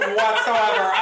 whatsoever